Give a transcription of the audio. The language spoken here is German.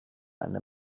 eine